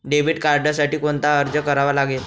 Debit कार्डसाठी कोणता अर्ज करावा लागेल?